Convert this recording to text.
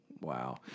Wow